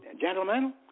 gentlemen